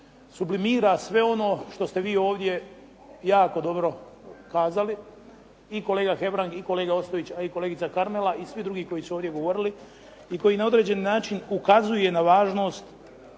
sublimira sve ono što ste vi ovdje jako dobro kazali i kolega Hebrang i kolega Ostojić, a i kolegica Karmela i svi drugi koji su ovdje govorili i koji na određeni način ukazuje na važnost